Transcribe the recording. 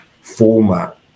format